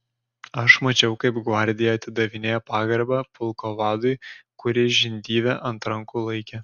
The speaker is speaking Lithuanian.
aš mačiau kaip gvardija atidavinėjo pagarbą pulko vadui kurį žindyvė ant rankų laikė